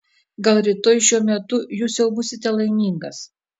gal rytoj šiuo metu jūs jau būsite laimingas